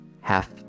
half